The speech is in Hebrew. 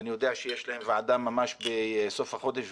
יש פה הערה קטנה יחסית.